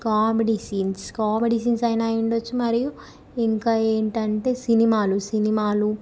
comedy scenes comedy scenes అయినా అయ్యుండచ్చు మరియు ఇంకా ఏంటంటే సినిమాలు సినిమాలు